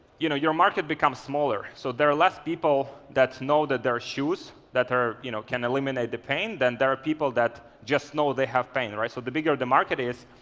you know your market becomes smaller, so there are less people that know that there are shoes that are you know can eliminate the pain then there are people that just know they have pain right. so the bigger the market is,